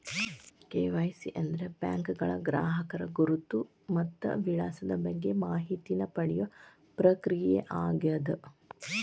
KYC ಅಂದ್ರ ಬ್ಯಾಂಕ್ಗಳ ಗ್ರಾಹಕರ ಗುರುತು ಮತ್ತ ವಿಳಾಸದ ಬಗ್ಗೆ ಮಾಹಿತಿನ ಪಡಿಯೋ ಪ್ರಕ್ರಿಯೆಯಾಗ್ಯದ